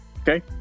Okay